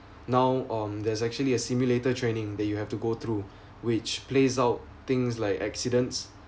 now um there's actually a simulator training that you have to go through which plays out things like accidents